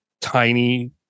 tiny